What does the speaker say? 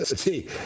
see